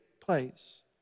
place